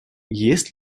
есть